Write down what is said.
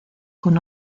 con